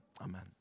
amen